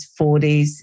40s